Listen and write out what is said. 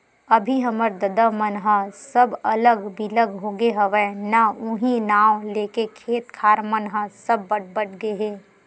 अभी हमर ददा मन ह सब अलग बिलग होगे हवय ना उहीं नांव लेके खेत खार मन ह सब बट बट गे हे